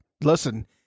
Listen